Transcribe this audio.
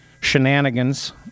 shenanigans